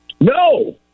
No